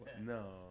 No